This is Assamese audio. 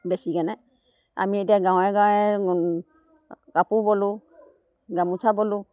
বেচি কেনে আমি এতিয়া গাঁৱে গাঁৱে কাপোৰ বলোঁ গামোচা বলোঁ